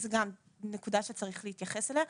זאת גם נקודה שצריך להתייחס אליה.